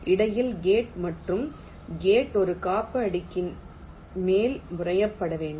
இடையில் கேட் மற்றும் கேட் ஒரு காப்பு அடுக்கின் மேல் புனையப்பட வேண்டும்